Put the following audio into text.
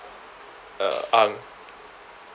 uh ang